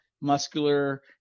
muscular